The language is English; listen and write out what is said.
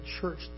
church